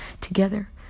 together